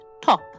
top